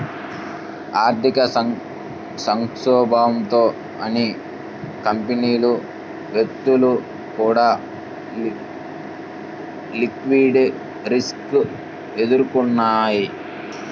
ఆర్థిక సంక్షోభంతో అన్ని కంపెనీలు, వ్యక్తులు కూడా లిక్విడిటీ రిస్క్ ఎదుర్కొన్నయ్యి